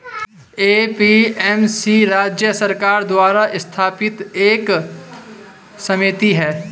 APMC राज्य सरकार द्वारा स्थापित एक समिति है